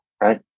Right